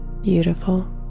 Beautiful